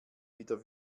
wieder